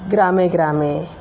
ग्रामे ग्रामे